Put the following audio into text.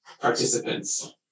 participants